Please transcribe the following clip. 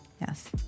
yes